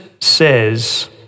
says